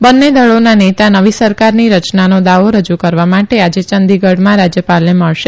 બંને દળોના નેતા નવી સરકારની રચનાનો દાવો રજુ કરવા માટે આજે ચંદીગઢમાં રાજયપાલને મળશે